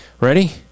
Ready